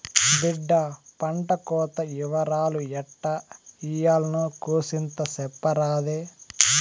బిడ్డా పంటకోత ఇవరాలు ఎట్టా ఇయ్యాల్నో కూసింత సెప్పరాదే